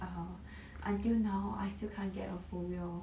err until now I still can't get a phobia of